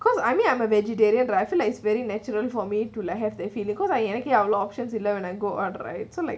cause I mean I'm a vegetarian right I feel like it's very natural for me to like have that feeling cause I can have any options when I go out right so like